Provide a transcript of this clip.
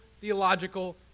theological